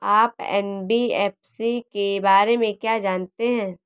आप एन.बी.एफ.सी के बारे में क्या जानते हैं?